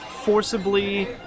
Forcibly